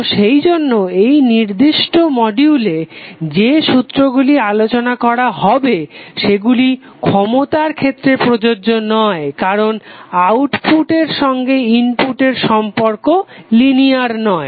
তো সেইজন্য এই নির্দিষ্ট মডিউলে যে সুত্রগুলি আলোচনা করা হবে সেগুলি ক্ষমতার ক্ষেত্রে প্রযোজ্য নয় কারণ আউটপুট এর সঙ্গে ইনপুটের সম্পর্ক লিনিয়ার নয়